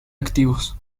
activos